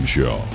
Show